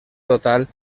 total